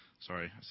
Sorry